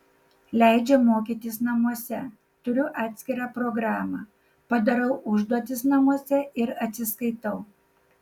leidžia mokytis namuose turiu atskirą programą padarau užduotis namuose ir atsiskaitau